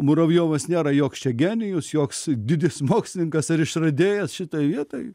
muravjovas nėra joks čia genijus joks didis mokslininkas ar išradėjas šitoj vietoj